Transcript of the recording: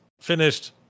finished